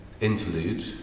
interlude